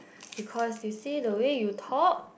because you see the way you talk